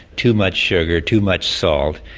too much sugar, too much salt,